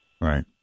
Right